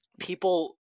people